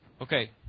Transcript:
Okay